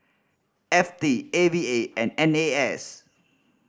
F T A V A and N A S